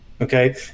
Okay